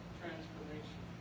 transformation